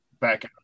back